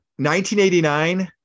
1989